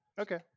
okay